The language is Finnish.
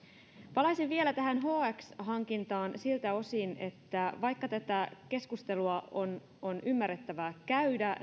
palaisin vielä tähän hx hankintaan siltä osin että vaikka tätä keskustelua on on ymmärrettävää käydä